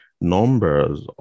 numbers